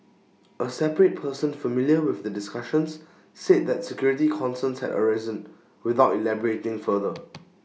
A separate person familiar with the discussions said that security concerns had arisen without elaborating further